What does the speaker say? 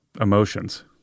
emotions